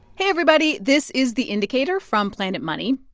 hey, everybody. this is the indicator from planet money.